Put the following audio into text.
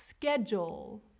Schedule